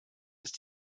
ist